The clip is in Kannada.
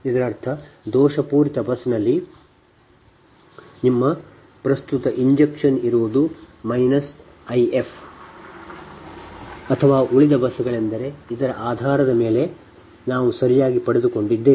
ಇದರರ್ಥ ದೋಷಪೂರಿತ ಬಸ್ನಲ್ಲಿ ನಿಮ್ಮ ಪ್ರಸ್ತುತ ಇಂಜೆಕ್ಷನ್ ಇರುವುದು I f ಅಥವಾ ಉಳಿದ ಬಸ್ಗಳೆಂದರೆ ಇದರ ಆಧಾರದ ಮೇಲೆ ನಾವು ಸರಿಯಾಗಿ ಪಡೆದುಕೊಂಡಿದ್ದೇವೆ